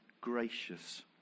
gracious